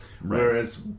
Whereas